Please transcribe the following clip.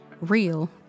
real